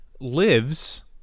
lives